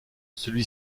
celui